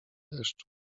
deszczu